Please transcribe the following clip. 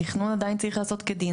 התכנון עדיין צריך להיעשות כדין,